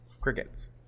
Crickets